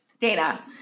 Dana